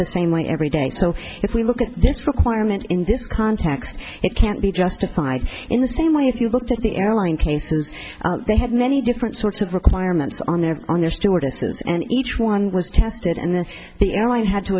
the same way every day and so if we look at this requirement in this context it can't be justified in the same way if you looked at the airline cases they had many different sorts of requirements on their on their stewardesses and each one was tested and then the airline had to